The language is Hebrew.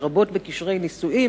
לרבות בקשרי נישואים,